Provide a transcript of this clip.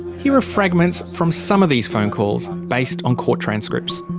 here are fragments from some of these phone calls, based on court transcripts.